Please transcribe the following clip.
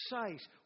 precise